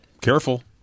Careful